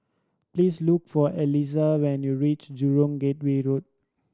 please look for Elyse when you reach Jurong Gateway Road